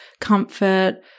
comfort